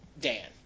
Dan